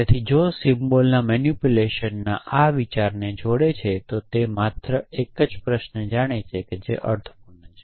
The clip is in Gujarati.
તેથી જે સિમ્બલ્સના મેનીપુલેશનના આ વિચારને જોડે છે તે માત્ર એક જ પ્રશ્ન જાણે છે કે જે અર્થપૂર્ણ છે